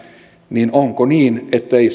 niin onko niin ettei